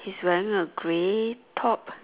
he's wearing a grey top